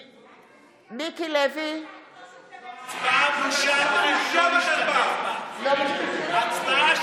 (קוראת בשמות חברי הכנסת) יוראי להב הרצנו,